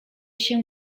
się